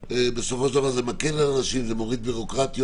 בסופו של דבר זה מקל על אנשים ומוריד ביורוקרטיות,